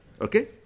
okay